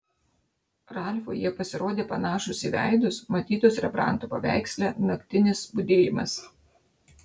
ralfui jie pasirodė panašūs į veidus matytus rembranto paveiksle naktinis budėjimas